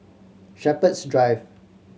Shepherds Drive